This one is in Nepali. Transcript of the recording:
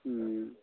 उम्म